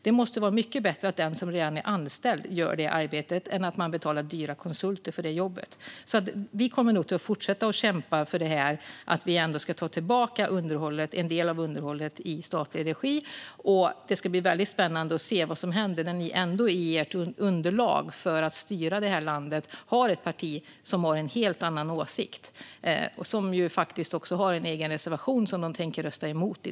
Det måste vara mycket bättre att den som redan är anställd gör det arbetet än att man betalar dyra konsulter för det jobbet, så vi kommer att fortsätta kämpa för att vi ska ta tillbaka en del av underhållet i statlig regi. Det ska bli väldigt spännande att se vad som händer när ni i ert underlag för att styra det här landet har ett parti som har en helt annan åsikt. De har också en egen reservation, som de tänker rösta emot.